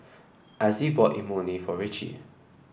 Azzie bought Imoni for Ritchie